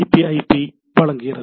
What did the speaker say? B IP TCP IP வழங்குகிறது